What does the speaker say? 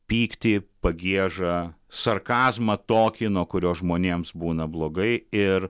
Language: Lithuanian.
pyktį pagiežą sarkazmą tokį nuo kurio žmonėms būna blogai ir